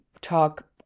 talk